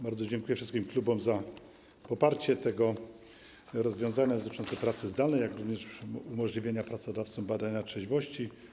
Bardzo dziękuję wszystkim klubom za poparcie rozwiązań dotyczących pracy zdalnej, jak również umożliwienie pracodawcom badania trzeźwości.